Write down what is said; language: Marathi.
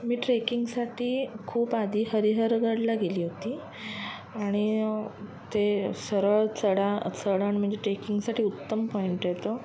मी ट्रेकिंगसाठी खूप आधी हरीहरगडला गेली होती आणि ते सरळ चढा चढण म्हणजे ट्रेकिंगसाठी उत्तम पॉईंट येतो